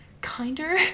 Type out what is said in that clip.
kinder